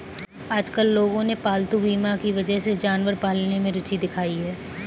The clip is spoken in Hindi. आजकल लोगों ने पालतू बीमा की वजह से जानवर पालने में रूचि दिखाई है